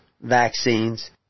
vaccines